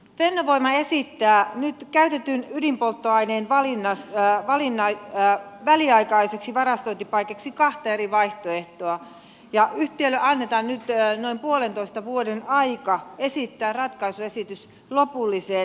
fennovoima esittää nyt käytetyn ydinpolttoaineen väliaikaiseksi varastointipaikaksi kahta eri vaihtoehtoa ja yhtiölle annetaan nyt noin puolentoista vuoden aika esittää ratkaisuesitys lopullisesta sijoituspaikasta